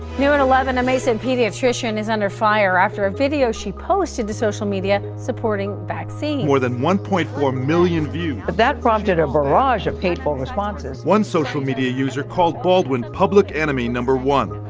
new at eleven, a mason pediatrician is under fire after a video she posted to social media supporting vaccines more than one point four million views. but that prompted a barrage of hateful responses one social media user called baldwin public enemy no. one,